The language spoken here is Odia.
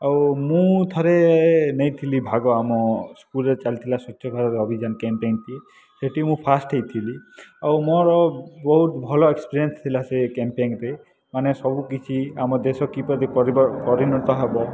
ଆଉ ମୁଁ ଥରେ ନେଇଥିଲି ଭାଗ ଆମ ସ୍କୁଲ୍ରେ ଚାଲିଥିଲା ସ୍ୱଚ୍ଛଭାରତ ଅଭିଯାନ କେମ୍ପେନ୍ ସେଠି ମୁଁ ଫାଷ୍ଟ୍ ହୋଇଥିଲି ଆଉ ମୋର ବହୁତ ଭଲ ଏକ୍ସପେରିଏନ୍ସ ଥିଲା ସେ କେମ୍ପେନ୍ରେ ମାନେ ସବୁକିଛି ଆମ ଦେଶ କିପରି ପରିଣତ ହେବ